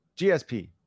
GSP